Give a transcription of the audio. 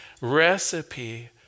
recipe